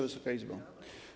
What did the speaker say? Wysoka Izbo!